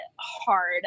hard